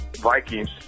Vikings